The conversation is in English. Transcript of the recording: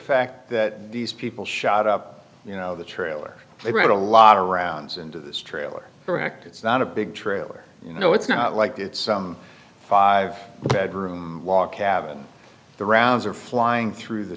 fact that these people shot up you know the trailer they read a lot of rounds into this trailer correct it's not a big trailer you know it's not like it's some five bedroom law cabin the rounds are flying through the